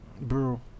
Bro